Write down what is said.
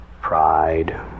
pride